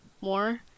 more